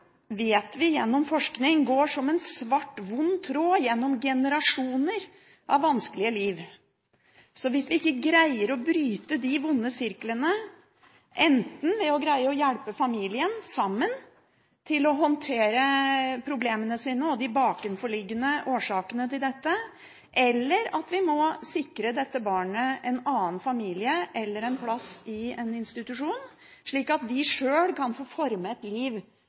vet gjennom forskning at barnevern går som en svart, vond tråd gjennom generasjoner av vanskelige liv. Hvis vi ikke greier å bryte de vonde sirklene, enten ved å hjelpe familien til sammen å håndtere problemene sine og de bakenforliggende årsakene til dette eller ved å sikre barnet en annen familie eller en plass i en institusjon, kan de ikke sjøl få formet et liv